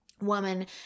woman